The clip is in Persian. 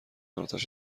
آتش